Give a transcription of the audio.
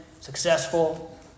successful